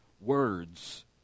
words